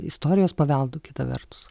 istorijos paveldu kita vertus